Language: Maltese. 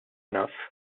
naf